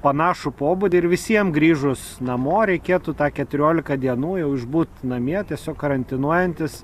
panašų pobūdį ir visiem grįžus namo reikėtų tą keturiolika dienų jau išbūt namie tiesiog karantinuojantis